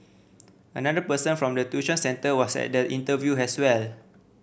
another person from the tuition centre was at the interview as well